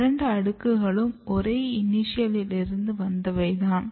இரண்டு அடுக்குகளும் ஒரே இனிஷியல் இருந்து வந்தவை தான்